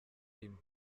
rimwe